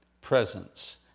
presence